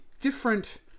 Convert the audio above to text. Different